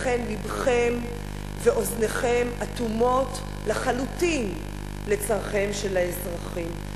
לכן לבכם ואוזניכם אטומים לחלוטין לצורכיהם של האזרחים.